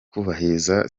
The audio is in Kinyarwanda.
kubahiriza